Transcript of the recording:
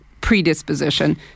predisposition